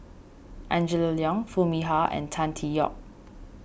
Angela Liong Foo Mee Har and Tan Tee Yoke